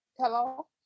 hello